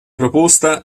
proposta